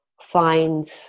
find